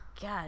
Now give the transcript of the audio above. God